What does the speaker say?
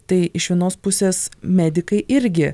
tai iš vienos pusės medikai irgi